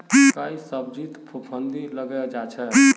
कई सब्जित फफूंदी लगे जा छे